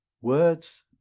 Words